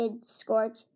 Scorch